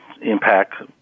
impact